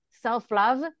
self-love